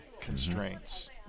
constraints